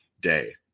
day